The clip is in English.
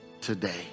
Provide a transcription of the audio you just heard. today